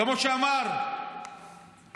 כמו שאמר נאור.